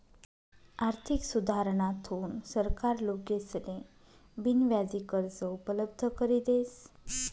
आर्थिक सुधारणाथून सरकार लोकेसले बिनव्याजी कर्ज उपलब्ध करी देस